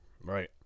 Right